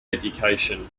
education